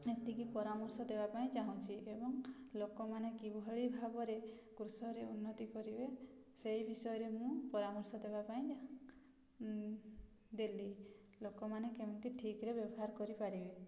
ଏତିକି ପରାମର୍ଶ ଦେବା ପାଇଁ ଚାହୁଁଛି ଏବଂ ଲୋକମାନେ କିଭଳି ଭାବରେ କୃଷିରେ ଉନ୍ନତି କରିବେ ସେଇ ବିଷୟରେ ମୁଁ ପରାମର୍ଶ ଦେବା ପାଇଁ ଦେଲି ଲୋକମାନେ କେମିତି ଠିକ୍ରେ ବ୍ୟବହାର କରିପାରିବେ